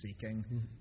seeking